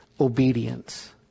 obedience